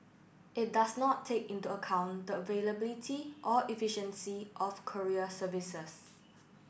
it does not take into account the availability or efficiency of courier services